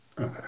Okay